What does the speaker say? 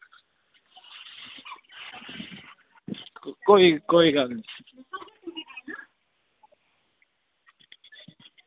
कोई कोई गल्ल निं